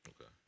Okay